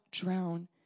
drown